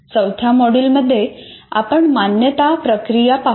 चौथ्या मॉड्यूलमध्ये आपण मान्यता प्रक्रिया पाहू